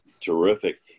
Terrific